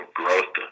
growth